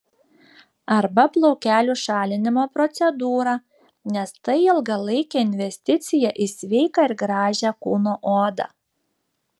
arba plaukelių šalinimo procedūrą nes tai ilgalaikė investiciją į sveiką ir gražią kūno odą